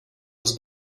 das